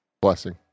Blessing